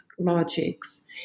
logics